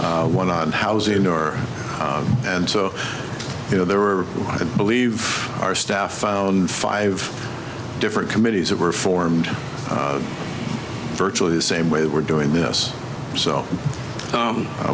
one on housing or and so you know there were i believe our staff found five different committees that were formed virtually the same way they were doing this so